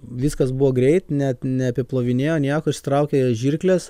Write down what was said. viskas buvo greit net neapiplovinėjo nieko išsitraukė jie žirkles